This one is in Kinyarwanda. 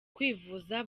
kwivuza